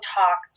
talk